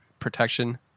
protection